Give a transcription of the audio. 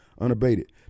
unabated